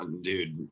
dude